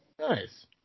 Nice